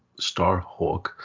Starhawk